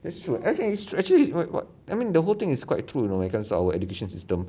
that's true actually it's actually quite what I mean the whole thing is quite true you know when it comes to our education system